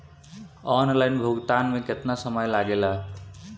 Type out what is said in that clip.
Online भुगतान में केतना समय लागेला?